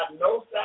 no